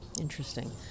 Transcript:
Interesting